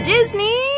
Disney